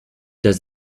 does